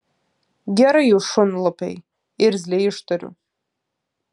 gerai jūs šunlupiai irzliai ištariu